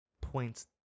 points